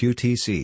Qtc